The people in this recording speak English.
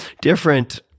different